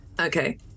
Okay